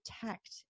protect